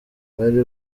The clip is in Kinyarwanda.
bwari